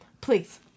Please